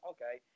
Okay